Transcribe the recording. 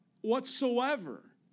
whatsoever